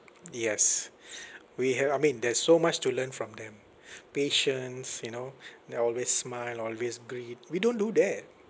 yes we ha~ I mean there's so much to learn from them patience you know they always smile always greet we don't do that